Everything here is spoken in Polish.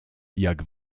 jak